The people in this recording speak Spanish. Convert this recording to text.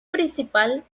principal